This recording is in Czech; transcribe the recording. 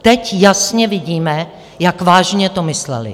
Teď jasně vidíme, jak vážně to mysleli.